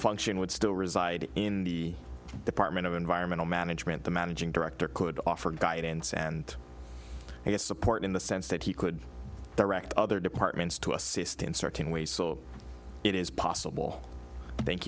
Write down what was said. function would still reside in the department of environmental management the managing director could offer guidance and he has support in the sense that he could direct other departments to assist in certain ways so it is possible thank